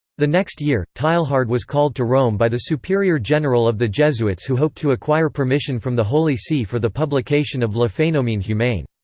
the next year, teilhard was called to rome by the superior general of the jesuits who hoped to acquire permission from the holy see for the publication of le phenomene humain.